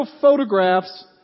photographs